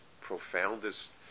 profoundest